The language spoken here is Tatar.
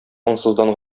аңсыздан